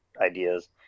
ideas